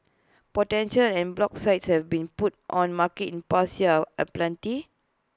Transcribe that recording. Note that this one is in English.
potential en bloc sites have been put on the market in the past year are aplenty